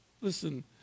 Listen